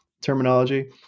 terminology